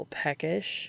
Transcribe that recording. peckish